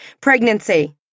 pregnancy